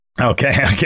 Okay